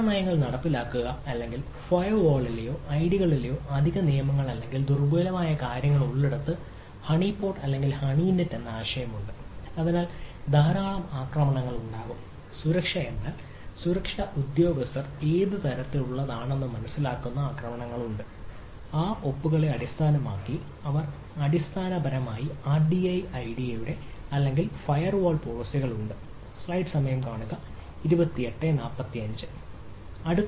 സുരക്ഷാ നയങ്ങൾ നടപ്പിലാക്കുക അല്ലെങ്കിൽ ഫയർവാളിലെയോ ഐഡികളിലെയോ അധിക നിയമങ്ങൾ അല്ലെങ്കിൽ ദുർബലമായ കാര്യങ്ങൾ ഉള്ളിടത്ത് ഹണിപോട്ട് അല്ലെങ്കിൽ ഹണിനെറ്റ് അല്ലെങ്കിൽ ഫയർവാൾ പോളിസികളുണ്ട്